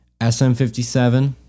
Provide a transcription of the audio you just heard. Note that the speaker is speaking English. SM57